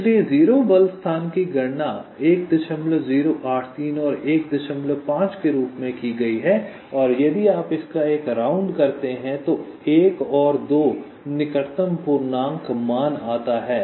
इसलिए 0 बल स्थान की गणना 1083 और 15 के रूप में की गई है और यदि आप इसका एक राउंड करते हैं तो 1 2 निकटतम पूर्णांक मान आता है